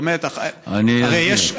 זאת אומרת, אני אסביר.